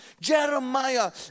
Jeremiah